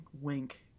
wink